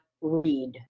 read